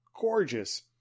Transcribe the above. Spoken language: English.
gorgeous